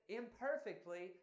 imperfectly